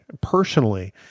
personally